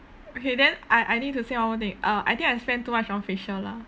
okay then I I need to say one more thing uh I think I spend too much on facial lah